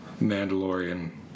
Mandalorian